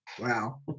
wow